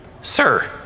Sir